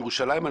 ירושלים,